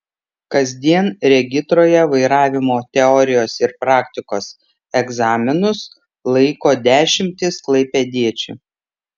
kasdien regitroje vairavimo teorijos ir praktikos egzaminus laiko dešimtys klaipėdiečių